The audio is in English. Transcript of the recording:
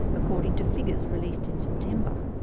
according to figures released in september.